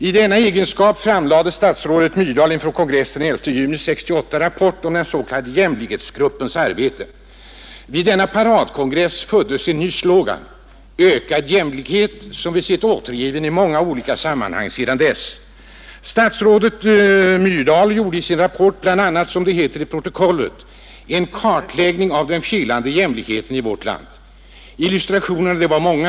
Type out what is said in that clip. I denna egenskap framlade statsrådet Myrdal inför kongressen den 11 juni 1968 rapport om den s.k. jämlikhetsgruppens arbete. Vid denna paradkongress föddes en ny slogan: ”Ökad jämlikhet”. Den har vi sett återgiven i många olika sammanhang sedan dess. Statsrådet Myrdal gjorde i sin rapport bl.a. — som det heter i protokollet — en ”kartläggning av den felande jämlikheten” i vårt land. Illustrationerna var många.